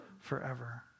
forever